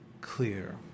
clear